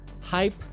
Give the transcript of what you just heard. hype